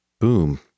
boom